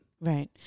Right